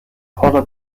por